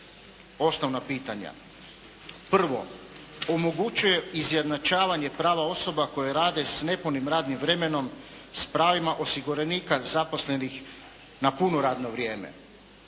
osnovna pitanja. Prvo. Omogućuje izjednačavanje prava osoba koje rade sa nepunim radnim vremenom s pravima osiguranika zaposlenih na puno radno vrijeme.